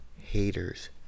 Haters